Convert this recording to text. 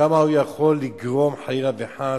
כמה הוא יכול לגרום, חלילה וחס,